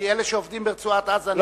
כי אלה שעובדים ברצועת-עזה,